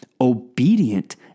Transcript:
obedient